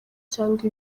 cyangwa